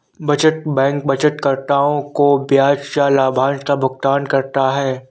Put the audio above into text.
बचत बैंक बचतकर्ताओं को ब्याज या लाभांश का भुगतान करता है